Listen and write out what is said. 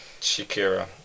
Shakira